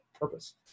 purpose